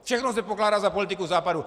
Všechno se pokládá za politiku Západu.